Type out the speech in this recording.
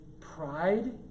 pride